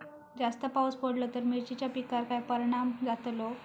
जास्त पाऊस पडलो तर मिरचीच्या पिकार काय परणाम जतालो?